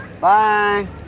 Bye